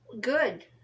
good